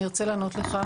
אני ארצה לענות לך.